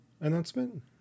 announcement